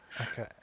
Okay